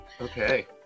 Okay